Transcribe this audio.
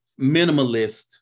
minimalist